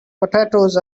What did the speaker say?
potatoes